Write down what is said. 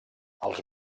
els